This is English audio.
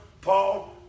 Paul